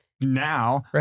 Now